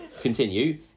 continue